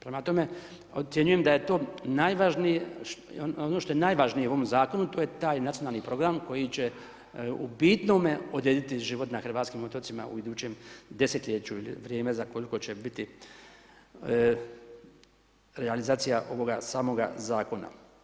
Prema tome, ocjenjujem da je to najvažnije, ono što je najvažnije u ovom Zakonu je taj Nacionalni program koji će u bitnome odrediti život na hrvatskim otocima u idućem desetljeću ili u vrijeme za koliko će biti realizacija ovog samoga Zakona.